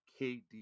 KD